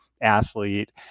athlete